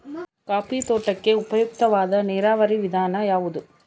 Coffee ತೋಟಕ್ಕೆ ಉಪಯುಕ್ತವಾದ ನೇರಾವರಿ ವಿಧಾನ ಯಾವುದು?